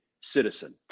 citizen